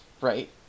right